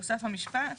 הוסף המשפט: